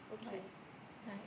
but likt